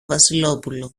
βασιλόπουλο